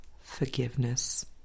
forgiveness